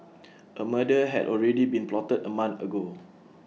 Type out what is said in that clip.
A murder had already been plotted A month ago